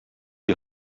die